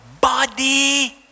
body